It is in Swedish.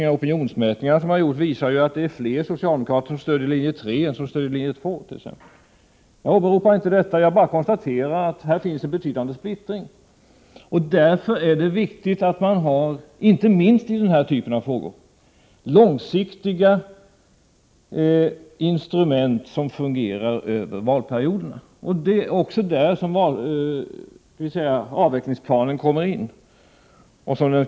De opinionsmätningar som gjorts visar att det är fler socialdemokrater som stöder linje 3 än som stöder linje 2. Jag åberopar inte detta, jag bara konstaterar att här finns en betydande splittring. Därför är det viktigt att man, inte minst i den här typen av frågor, har långsiktigt verkande instrument som fungerar över valperioderna. Det är där som avvecklingsplanen kommer in i bilden.